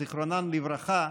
זיכרונן לברכה,